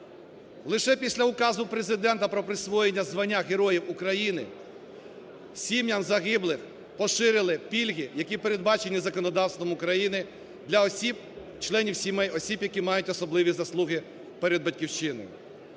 Лише після Указу Президента про присвоєння звання Героя України сім'ям загиблих поширили пільги, які передбачені законодавством України для осіб, членів сімей, осіб, які мають особливі заслуги перед батьківщиною.